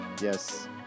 Yes